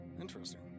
interesting